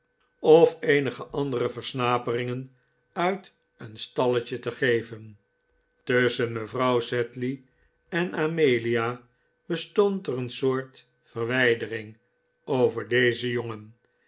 of eenige andere versnaperingen uit een stalletje te geven tusschen mevrouw sedley en amelia bestond er een soort verwijdering over dezen jongen